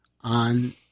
on